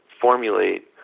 formulate